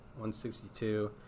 162